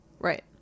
Right